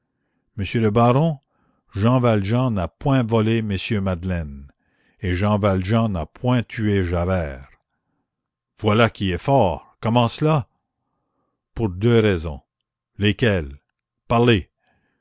monsieur le baron jean valjean n'a point volé m madeleine et jean valjean n'a point tué javert voilà qui est fort comment cela pour deux raisons lesquelles parlez